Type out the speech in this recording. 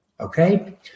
okay